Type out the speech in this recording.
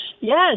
yes